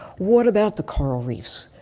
what about the coral reefs?